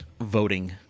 voting